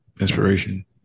inspiration